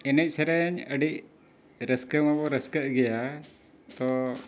ᱮᱱᱮᱡ ᱥᱮᱨᱮᱧ ᱟᱹᱰᱤ ᱨᱟᱹᱥᱠᱟᱹ ᱢᱟ ᱵᱚᱱ ᱨᱟᱹᱥᱠᱟᱹᱜ ᱜᱮᱭᱟ ᱛᱚ